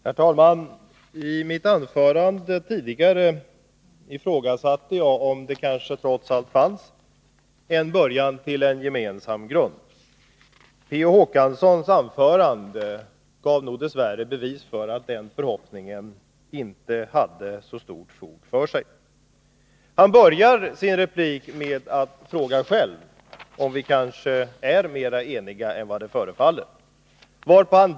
Herr talman! I mitt anförande tidigare ifrågasatte jag om det kanske trots allt fanns en början till en gemensam grund. Per Olof Håkanssons anförande gav dess värre bevis för att min förhoppning inte har så stort fog för sig. Per Olof Håkansson började sitt anförande med att fråga om vi kanske är mera eniga än vad det förefaller.